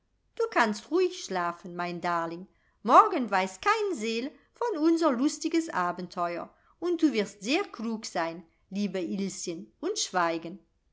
du kannst ruhig schlafen mein darling morgen weiß kein seel von unser lustiges abenteuer und du wirst sehr klug sein liebe ilschen und schweigen